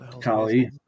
Kali